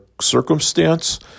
circumstance